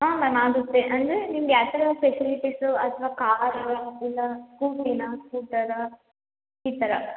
ಹಾಂ ಮ್ಯಾಮ್ ಆಗುತ್ತೆ ಅಂದರೆ ನಿಮಗೆ ಯಾವ ಥರ ಫೆಸಿಲಿಟಿಸು ಅಥ್ವಾ ಕಾರಾ ಇಲ್ಲ ಸ್ಕೂಟಿನಾ ಸ್ಕೂಟರಾ ಈ ಥರ